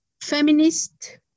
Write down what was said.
feminist